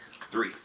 Three